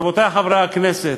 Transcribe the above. רבותי חברי הכנסת,